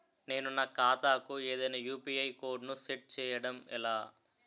నేను నా ఖాతా కు ఏదైనా యు.పి.ఐ కోడ్ ను సెట్ చేయడం ఎలా?